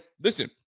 listen